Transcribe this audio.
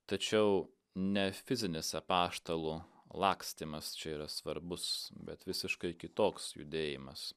tačiau nefizinis apaštalų lakstymas čia yra svarbus bet visiškai kitoks judėjimas